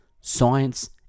science